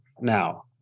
now